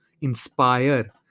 inspire